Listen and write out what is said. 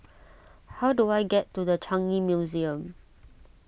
how do I get to the Changi Museum